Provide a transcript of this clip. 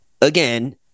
again